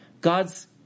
God's